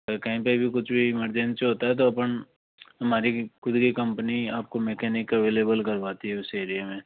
sir कहीं पे भी कुछ भी एमरजेंसी होता है तो अपन हमारी खुद की कंपनी आपको मेकेनिक अवेलेबल करवाती है उस एरिए में